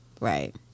Right